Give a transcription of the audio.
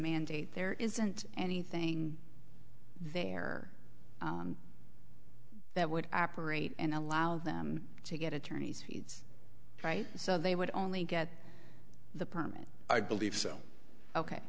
mandate there isn't anything there that would operate and allow them to get attorneys feeds right so they would only get the permit i believe so ok